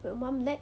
will mom let